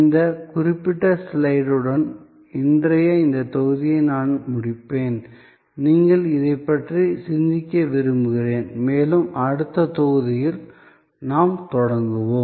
இந்த குறிப்பிட்ட ஸ்லைடுடன் இன்றைய இந்த தொகுதியை நான் முடிப்பேன் நீங்கள் இதைப் பற்றி சிந்திக்க விரும்புகிறேன் மேலும் அடுத்த தொகுதியில் நாம் தொடங்குவோம்